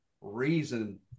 reason